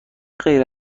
غیر